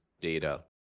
data